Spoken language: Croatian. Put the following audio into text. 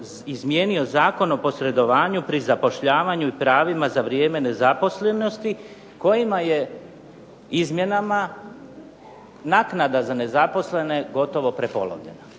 izmijenio Zakon o posredovanju pri zapošljavanju i pravima za vrijeme nezaposlenosti kojim je izmjenama naknada za nezaposlene gotovo prepolovljena.